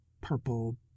purple